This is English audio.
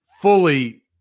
fully